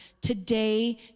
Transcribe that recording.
Today